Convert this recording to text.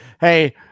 hey